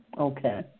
okay